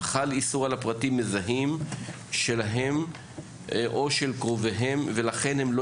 חל איסור על פרטים מזהים שלהם או של קרוביהם ולכן הם לא